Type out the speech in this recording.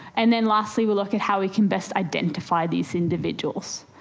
and then lastly we look at how we can best identify these individuals.